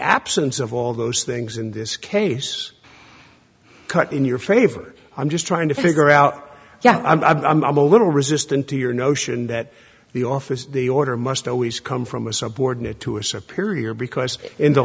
absence of all those things in this case cut in your favor i'm just trying to figure out yeah i'm a little resistant to your notion that the office of the order must always come from a subordinate to a superior because in the